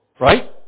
right